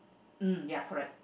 mm ya correct